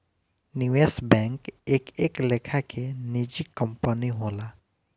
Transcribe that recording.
निवेश बैंक एक एक लेखा के निजी कंपनी होला